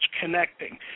connecting